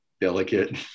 delicate